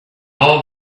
all